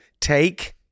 Take